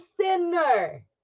sinner